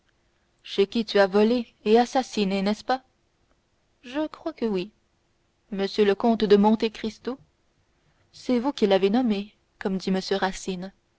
chez qui tu as volé et assassiné n'est-ce pas je crois que oui m le comte de monte cristo c'est vous qui l'avez nommé comme dit m